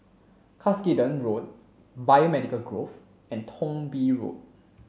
Cuscaden Road Biomedical Grove and Thong Bee Road